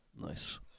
Nice